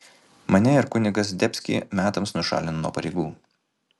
mane ir kunigą zdebskį metams nušalino nuo pareigų